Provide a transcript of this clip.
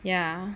ya